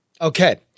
Okay